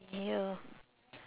ya